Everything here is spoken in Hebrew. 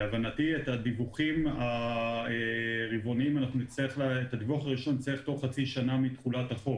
להבנתי את הדיווח הראשון צריך תוך חצי שנה מתחולת החוק